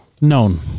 known